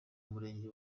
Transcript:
murenge